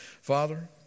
Father